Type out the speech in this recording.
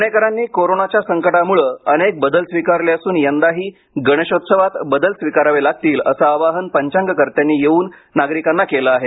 पुणेकरांनी कोरोनाच्या संकटामुळे अनेक बदल स्वीकारले असून यंदाच्या गणेशोत्सवातही बदल स्वीकारावे लागतील असं आवाहन पंचांगकत्यांनी येऊन नागरिकांना केले आहे